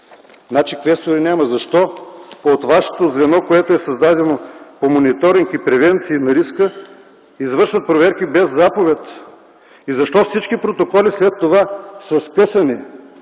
Значи квестори няма. Защо от Вашето звено, което е създадено, – „По мониторинг и превенции на риска”, извършват проверки без заповед? Защо всички протоколи след това са скъсани?